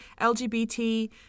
lgbt